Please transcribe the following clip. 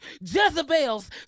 Jezebel's